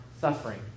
suffering